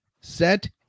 set